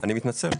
אני מתנצל.